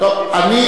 אני,